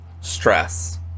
stress